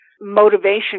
motivation